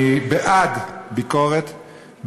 אני בעד ביקורת,